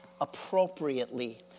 appropriately